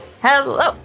hello